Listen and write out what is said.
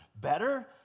better